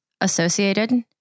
associated